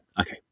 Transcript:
Okay